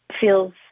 feels